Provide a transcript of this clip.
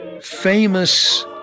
famous